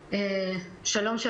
שלום.